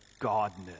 Godness